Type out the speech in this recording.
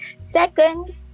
Second